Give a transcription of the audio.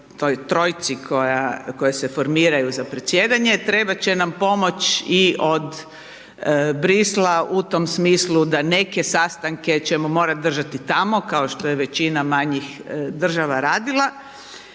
toj trojci koja se formiraju za predsjedanje. Trebat će nam pomoć i od Bruxellesa u tom smislu da neke sastanke ćemo morat držati tamo kao što je većina manjih država radila